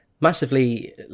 massively